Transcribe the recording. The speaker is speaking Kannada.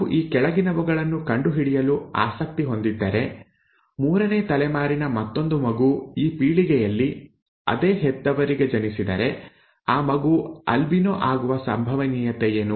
ನಾವು ಈ ಕೆಳಗಿನವುಗಳನ್ನು ಕಂಡುಹಿಡಿಯಲು ಆಸಕ್ತಿ ಹೊಂದಿದ್ದರೆ ಮೂರನೇ ತಲೆಮಾರಿನ ಮತ್ತೊಂದು ಮಗು ಈ ಪೀಳಿಗೆಯಲ್ಲಿ ಅದೇ ಹೆತ್ತವರಿಗೆ ಜನಿಸಿದರೆ ಆ ಮಗು ಆಲ್ಬಿನೋ ಆಗುವ ಸಂಭವನೀಯತೆ ಏನು